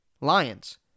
Lions